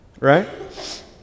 right